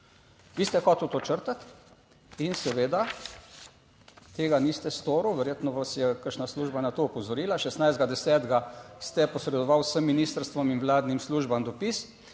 Vi ste hoteli to črtati in seveda tega niste storili, verjetno vas je kakšna služba na to opozorila. 16. 10. ste posredovali vsem ministrstvom in vladnim službam dopis: